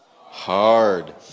hard